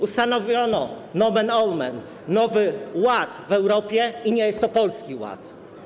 Ustanowiono nomen omen nowy ład w Europie, i nie jest to polski ład.